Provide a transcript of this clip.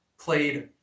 played